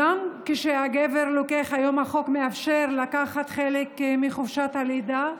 והיום החוק גם מאפשר לגבר לקחת חלק מחופשת הלידה,